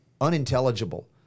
unintelligible